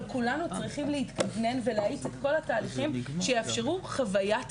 אבל כולנו צריכים להתכוונן ולהאיץ את כל התהליכים שיאפשרו חוויית